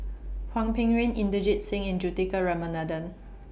Hwang Peng Yuan Inderjit Singh and Juthika Ramanathan